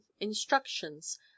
instructions